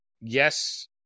Yes